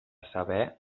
saber